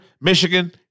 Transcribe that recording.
Michigan